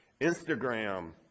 Instagram